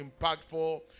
impactful